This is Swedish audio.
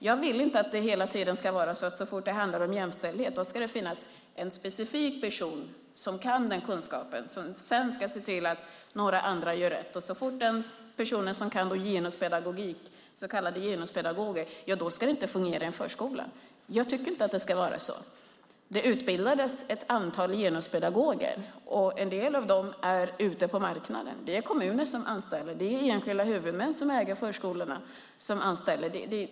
Jag vill inte att det hela tiden ska vara så att så fort det handlar om jämställdhet ska det finnas en specifik person som har denna kunskap och som sedan ska se till att några andra gör rätt. Så fort det inte finns en person som kan genuspedagogik, en så kallad genuspedagog, så ska det inte fungera i en förskola. Jag tycker inte att det ska vara så. Det utbildades ett antal genuspedagoger, och en del av dem är ute på marknaden. Det är kommuner som anställer genuspedagoger, och det är enskilda huvudmän som äger förskolorna som anställer dem.